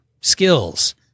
skills